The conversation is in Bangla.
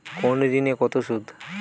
কোন ঋণে কত সুদ?